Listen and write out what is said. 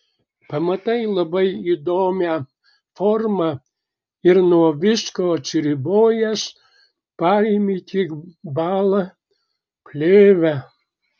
pamatai labai įdomią formą ir nuo visko atsiribojęs paimi tik balą plėvę